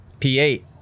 p8